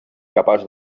capaç